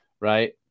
Right